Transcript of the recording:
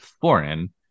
foreign